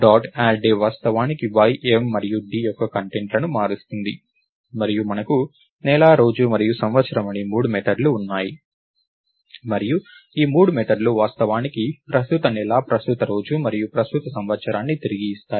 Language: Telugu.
యాడ్ డే వాస్తవానికి y m మరియు d యొక్క కంటెంట్లను మారుస్తుంది మరియు మనకు నెల రోజు మరియు సంవత్సరం అనే మూడు మెథడ్లు ఉన్నాయి మరియు ఈ మూడు మెథడ్లు వాస్తవానికి ప్రస్తుత నెల ప్రస్తుత రోజు మరియు ప్రస్తుత సంవత్సరాన్ని తిరిగి ఇస్తాయి